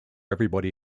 everybody